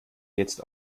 jetzt